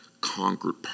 conquered